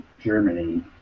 Germany